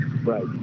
Right